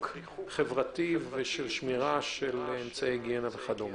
חברתי ושל שמירה של אמצעי היגיינה וכדומה.